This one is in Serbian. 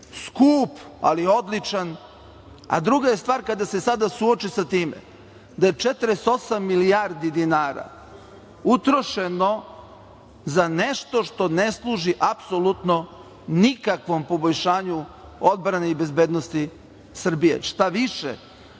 skup, ali odličan. Druga je stvar kada se sada suoči sa time da je 48 milijardi dinara utrošeno za nešto što ne služi apsolutno nikakvom poboljšanju odbrane i bezbednosti Srbije. Šta više